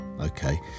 okay